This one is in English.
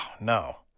no